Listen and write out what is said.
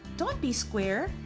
don't be square!